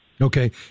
Okay